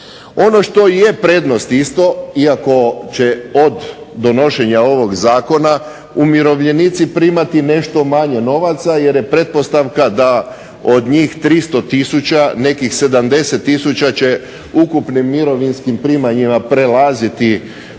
Ono što je prednost isto iako će od donošenja ovog zakona, umirovljenici primati nešto manje novaca, jer je pretpostavka da od njih 300 tisuća nekih 70 tisuća će u ukupnim mirovinskim primanjima prelaziti granicu